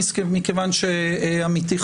מכיוון שעמיתי,